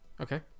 Okay